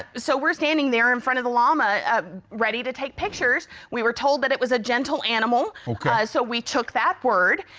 so, we're standing there in front of the llama, ah, ready to take pictures. we were told that it was a gentle animal, ah, so we took that word.